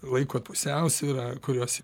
laiko pusiausvyrą kurios